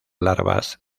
larvas